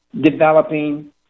developing